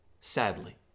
Sadly